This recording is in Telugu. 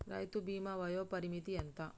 రైతు బీమా వయోపరిమితి ఎంత?